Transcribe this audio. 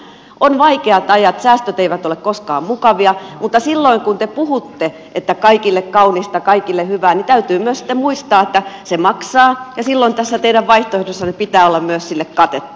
on vaikeat ajat säästöt eivät ole koskaan mukavia mutta silloin kun te puhutte että kaikille kaunista kaikille hyvää täytyy myös sitten muistaa että se maksaa ja silloin tässä teidän vaihtoehdossanne pitää olla sille myös katetta